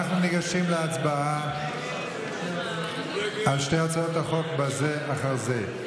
אנחנו ניגשים להצבעה על שתי הצעות החוק זו אחר זו.